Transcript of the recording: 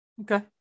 Okay